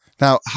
now